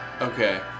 Okay